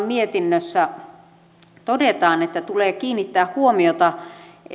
mietinnössä todetaan että tulee kiinnittää huomiota